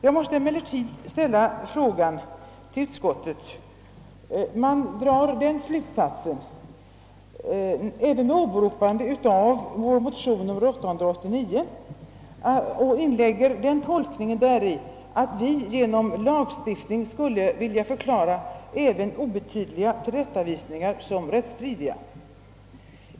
Jag måste emellertid ställa mig frågande till utskottets sätt att dra slutsatser, när man, även med åberopande av motion nr 889, inlägger den tolkningen i motionen att vi genom lagstiftning skulle vilja förklara även »obetydliga tillrättavisningar» som rättsstridiga.